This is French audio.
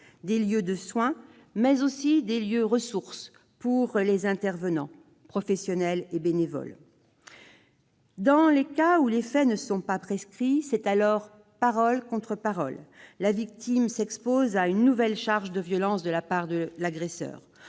des lieux de soins, mais aussi des lieux ressources pour les intervenants professionnels et bénévoles. Dans les cas où les faits ne sont pas prescrits, c'est alors « parole contre parole ». La victime s'expose à une nouvelle charge de violence de la part de l'agresseur.